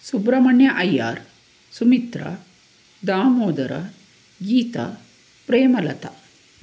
Subrahmanya Iyer Sumitra Damodara Geeta Premalatha